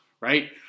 right